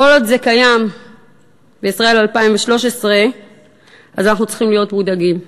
כל עוד זה קיים בישראל 2013 אנחנו צריכים להיות מודאגים.